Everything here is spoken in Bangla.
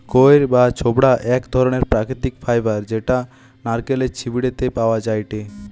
কইর বা ছোবড়া এক ধরণের প্রাকৃতিক ফাইবার যেটা নারকেলের ছিবড়ে তে পাওয়া যায়টে